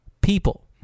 people